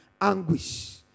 anguish